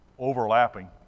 overlapping